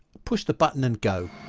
push the button and go.